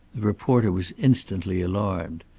the reporter was instantly alarmed.